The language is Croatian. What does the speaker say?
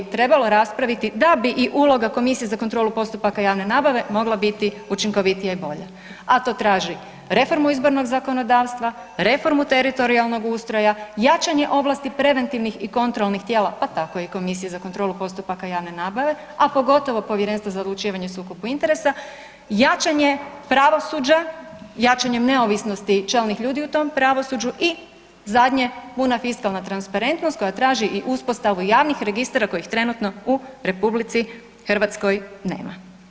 trebalo raspraviti da bi i uloga Komisije za kontrolu postupaka javne nabave mogla biti učinkovitija i bolja, a to traži reformu izbornog zakonodavstva, reformu teritorijalnog ustroja, jačanje ovlasti preventivnih i kontrolnih tijela, pa tako i Komisije za kontrolu postupaka javne nabave, a pogotovo Povjerenstva za odlučivanje o sukobu interesa, jačanje pravosuđa, jačanjem neovisnosti čelnih ljudi u tom pravosuđu i zadnje, puna fiskalna transparentnost koja traži i uspostavu javnih registara kojih trenutno u RH nema.